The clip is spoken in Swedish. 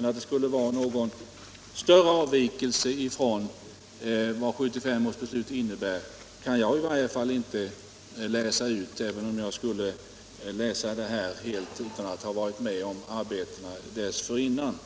Men att det skulle vara någon större avvikelse från vad 1975 års beslut innebär kan jag i varje fall inte läsa ut, även om jag skulle läsa det utan att alls ha varit med om arbetena dessförinnan.